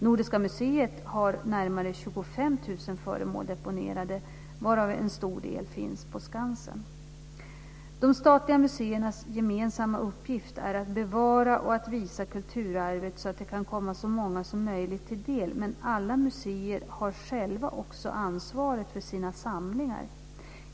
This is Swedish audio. Nordiska museet har närmare 25 000 föremål deponerade, varav en stor del finns på Skansen. De statliga museernas gemensamma uppgift är att bevara och att visa kulturarvet, så att det kan komma så många som möjligt till del. Men alla museer har själva också ansvaret för sina samlingar.